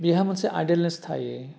बिहा मोनसे आइड'लेन्स थायो